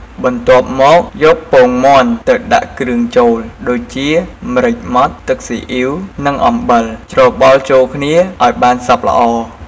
បន្ទាប់មកយកពងមាន់ទៅដាក់គ្រឿងចូល ដូចជា ម្រេចម៉ដ្ឋ ទឹកស៊ីអ៉ីវ និងអំបិល ច្របល់ចូលគ្នាឱ្យបានសព្វល្អ។